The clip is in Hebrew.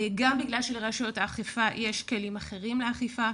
גם בגלל שלרשויות האכיפה יש כלים שונים לאכיפה,